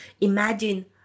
imagine